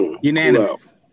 Unanimous